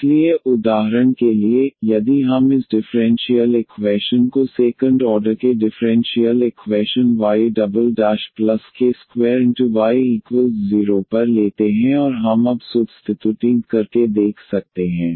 इसलिए उदाहरण के लिए यदि हम इस डिफ़्रेंशियल इक्वैशन को सेकंड ऑर्डर के डिफ़्रेंशियल इक्वैशन yk2y0 पर लेते हैं और हम अब सुब्स्तितुटिंग करके देख सकते हैं